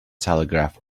telegraph